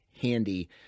handy